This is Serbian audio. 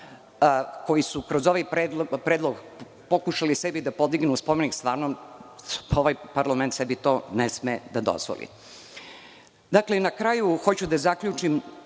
koji su kroz ovaj predlog pokušali sebi da podignu spomenik. Ovaj parlament sebi to ne sme da dozvoli. Na kraju hoću da zaključim.